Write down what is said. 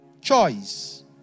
Choice